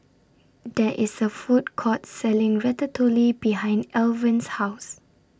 There IS A Food Court Selling Ratatouille behind Alvan's House